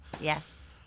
Yes